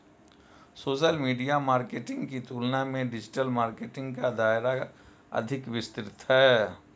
social media marketing की तुलना में डिजिटल मार्केटिंग का दायरा अधिक विस्तृत है